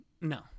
No